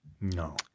No